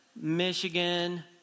Michigan